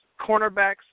cornerbacks